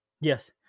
Yes